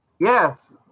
Yes